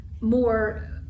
more